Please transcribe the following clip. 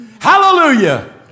Hallelujah